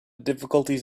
difficulties